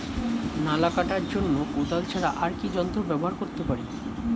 নালা কাটার জন্য কোদাল ছাড়া আর কি যন্ত্র ব্যবহার করতে পারি?